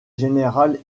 générale